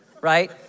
Right